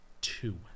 two